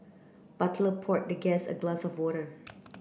butler poured the guest a glass of water